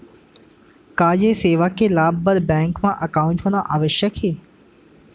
का ये सेवा के लाभ बर बैंक मा एकाउंट होना आवश्यक हे